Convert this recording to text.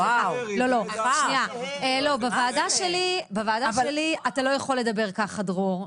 לא, בוועדה שלי אתה לא יכול לדבר ככה, דרור.